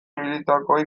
ibilitakoei